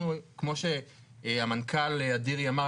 כמו שהמנכ"ל אדירי אמר,